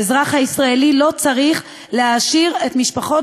האזרח הישראלי לא צריך להעשיר את משפחות